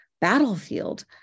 battlefield